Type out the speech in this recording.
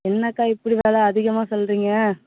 என்ன அக்கா இப்படி வில அதிகமாக சொல்லுறிங்க